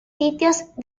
sitios